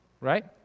right